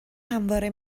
همواره